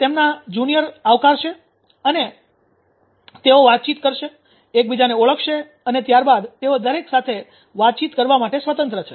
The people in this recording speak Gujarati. સિનિયર તેમના જુનિયર આવકારશે અને તેઓ વાતચીત કરશે એકબીજાને ઓળખશે અને ત્યારબાદ તેઓ દરેક સાથે વાતચીત કરવા માટે સ્વતંત્ર છે